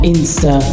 Insta